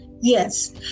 yes